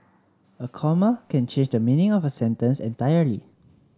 a comma can change the meaning of a sentence entirely